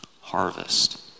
harvest